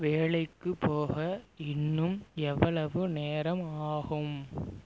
வேலைக்கு போக இன்னும் எவ்வளவு நேரம் ஆகும்